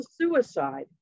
suicide